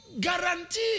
guarantee